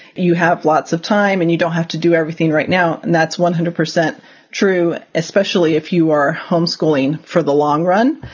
you have lots of time and you don't have to do everything right now. and that's one hundred percent true, especially if you are homeschooling for the long run,